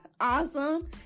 awesome